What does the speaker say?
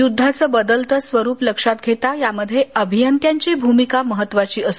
युद्धाचं बदलतं स्वरूप लक्षात घेता यामध्ये अभियंत्यांची भूमिका महत्त्वाची आहे